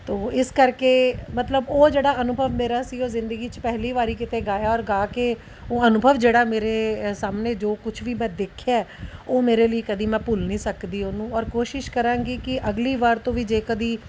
ਇਸ ਕਰਕੇ ਮਤਲਬ ਉਹ ਜਿਹੜਾ ਅਨੁਭਵ ਮੇਰਾ ਸੀ ਉਹ ਜ਼ਿੰਦਗੀ 'ਚ ਪਹਿਲੀ ਵਾਰ ਕਿਤੇ ਗਾਇਆ ਔਰ ਗਾ ਕੇ ਉਹ ਅਨੁਭਵ ਜਿਹੜਾ ਮੇਰੇ ਸਾਹਮਣੇ ਜੋ ਕੁਛ ਵੀ ਮੈਂ ਦੇਖਿਆ ਉਹ ਮੇਰੇ ਲਈ ਕਦੇ ਮੈਂ ਭੁੱਲ ਨਹੀਂ ਸਕਦੀ ਉਹਨੂੰ ਔਰ ਕੋਸ਼ਿਸ਼ ਕਰਾਂਗੀ ਕਿ ਅਗਲੀ ਵਾਰ ਤੋਂ ਵੀ ਜੇ ਕਦੇ